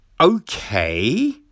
Okay